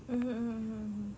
mmhmm mmhmm hmm